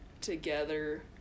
together